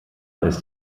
ist